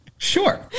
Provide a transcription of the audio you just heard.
Sure